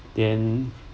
then